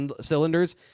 cylinders